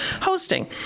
hosting